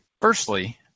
Firstly